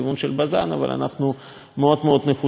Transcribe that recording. אבל אנחנו נחושים מאוד מאוד לחייב אותם